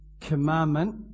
commandment